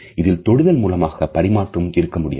இதில் தொடுதல் மூலமான பரிமாற்றமும் இருக்க முடியாது